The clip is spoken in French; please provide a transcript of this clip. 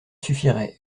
suffirait